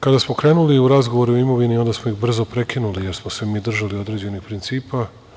Kada smo krenuli u razgovore o imovini, onda smo ih brzo prekinuli, jer smo se mi držali određenih principa.